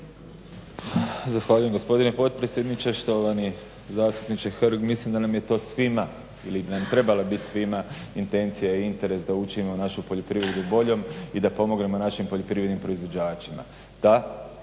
Zahvaljujem gospodine potpredsjedniče, štovani zastupniče Hrg. Mislim da nam je to svima ili bi nam trebala biti svima intencija i interes da učinimo našu poljoprivredu boljom i da pomognemo našim poljoprivrednim proizvođačima.